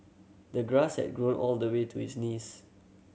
the grass had grown all the way to his knees